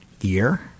year